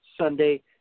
Sunday